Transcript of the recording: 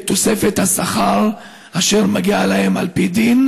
תוספת השכר אשר מגיעה להם על פי דין,